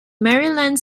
maryland